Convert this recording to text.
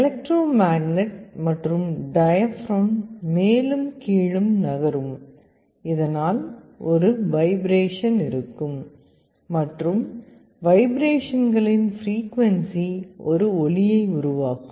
electro magnet மற்றும் diaphragm மேலும் கீழும் நகரும் இதனால் ஒரு வைப்ரேஷன் இருக்கும் மற்றும் வைப்ரேஷன்களின் பிரீக்குவன்ஸி ஒரு ஒலியை உருவாக்கும்